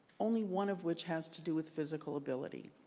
only one of which has to do with physical ability.